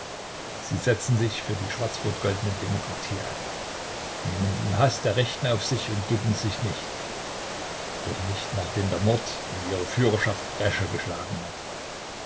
sie setzen sich für die schwarzrotgoldene demokratie ein nehmen den haß der rechten auf sich und ducken sich nicht auch nicht nachdem der mord in ihrer führerschaft bresche geschlagen hat